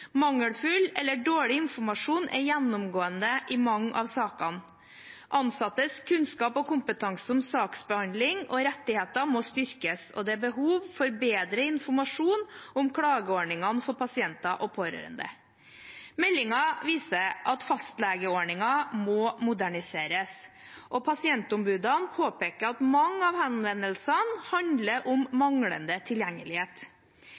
Mangelfull eller dårlig informasjon er gjennomgående i mange av sakene. Ansattes kunnskap og kompetanse om saksbehandling og rettigheter må styrkes, og det er behov for bedre informasjon om klageordningene for pasienter og pårørende. Meldingen viser at fastlegeordningen må moderniseres, og pasientombudene påpeker at mange av henvendelsene handler om manglende tilgjengelighet.